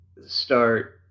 start